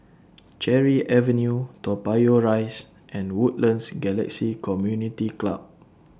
Cherry Avenue Toa Payoh Rise and Woodlands Galaxy Community Club